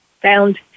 found